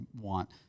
want